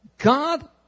God